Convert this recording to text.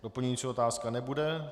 Doplňující otázka nebude.